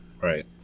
Right